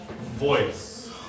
voice